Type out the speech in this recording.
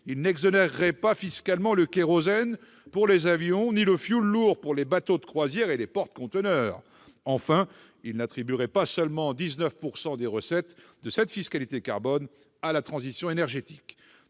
Il n'exonérerait pas fiscalement le kérosène pour les avions ni le fioul lourd pour les bateaux de croisière et les porte-containeurs. Enfin, il n'attribuerait pas seulement 19 % des recettes de cette fiscalité carbone à la transition énergétique.